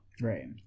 right